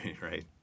right